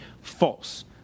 false